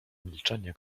milczenie